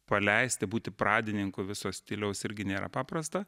paleisti būti pradininku viso stiliaus irgi nėra paprasta